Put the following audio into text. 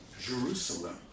Jerusalem